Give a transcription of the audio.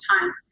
time